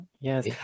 yes